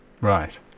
Right